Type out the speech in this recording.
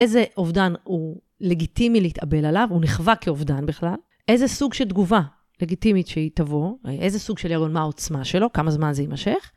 איזה אובדן הוא לגיטימי להתאבל עליו, הוא נחווה כאובדן בכלל, איזה סוג של תגובה לגיטימית שהיא תבוא, איזה סוג של יגון, מה העוצמה שלו, כמה זמן זה יימשך.